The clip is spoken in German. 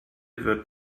wird